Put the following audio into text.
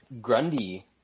Grundy